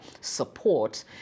support